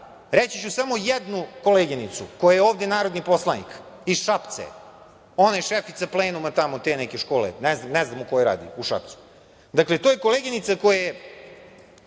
reći ću samo jednu koleginicu koja je ovde narodni poslanik, iz Šapca je, ona je šefica plenuma tamo te neke škole, ne znam u kojoj radi u Šapcu. Dakle, to je koleginica koja je